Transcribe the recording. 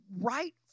right